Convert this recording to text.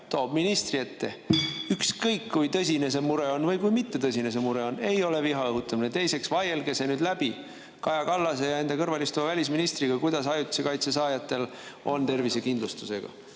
toob ministri ette, ükskõik kui tõsine või mittetõsine see mure on, ei ole viha õhutamine. Teiseks, vaielge see nüüd läbi Kaja Kallase ja enda kõrval istuva välisministriga, kuidas ajutise kaitse saajatel tervisekindlustusega